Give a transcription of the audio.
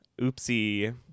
Oopsie